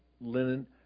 linen